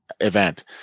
event